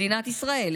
מדינת ישראל,